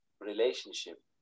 relationship